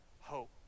hope